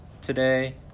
Today